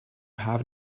have